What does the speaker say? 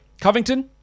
Covington